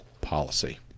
policy